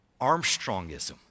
Armstrongism